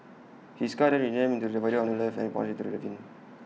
his car then rammed into the divider on the left and plunged to the ravine